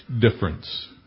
difference